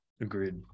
agreed